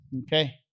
Okay